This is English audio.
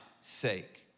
sake